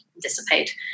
dissipate